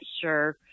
sure